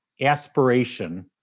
aspiration